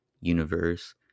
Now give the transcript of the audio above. universe